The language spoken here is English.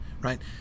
right